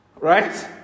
right